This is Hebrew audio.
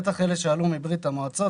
בטח אלה שעלו מברית המועצות,